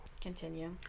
Continue